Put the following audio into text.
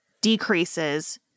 decreases